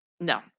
No